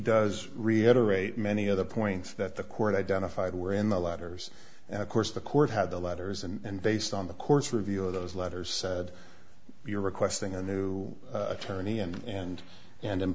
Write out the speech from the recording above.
does reiterate many other points that the court identified were in the letters and the court had the letters and based on the court's review of those letters said you're requesting a new attorney and and and i